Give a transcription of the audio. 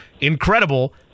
incredible